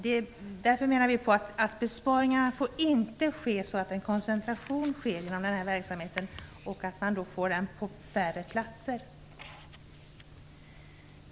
Därför menar vi att besparingarna inte får ske så att en koncentration sker inom den här verksamheten och att man då får den på färre platser.